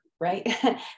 right